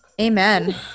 amen